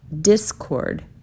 discord